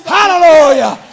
Hallelujah